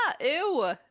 ew